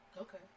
Okay